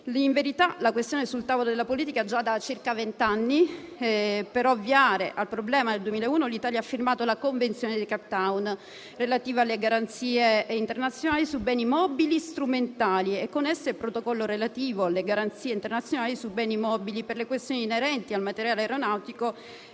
In verità, la questione è sul tavolo della politica già da circa vent'anni. Per ovviare al problema, nel 2001 l'Italia ha firmato la convenzione di Cape Town, relativa alle garanzie internazionali su beni mobili strumentali e con essa il protocollo relativo alle garanzie internazionali su beni mobili per le questioni inerenti al materiale aeronautico.